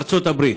ארצות הברית.